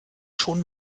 schon